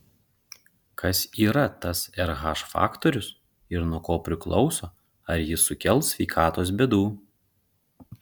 kas yra tas rh faktorius ir nuo ko priklauso ar jis sukels sveikatos bėdų